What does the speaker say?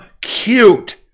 cute